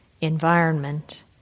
environment